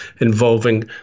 involving